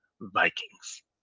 Vikings